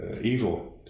evil